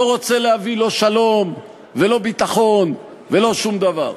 לא רוצה להביא לא שלום, לא ביטחון ולא שום דבר.